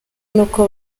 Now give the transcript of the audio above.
n’uko